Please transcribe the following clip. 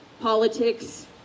Politics